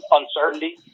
uncertainty